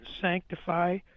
sanctify